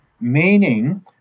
meaning